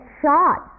shot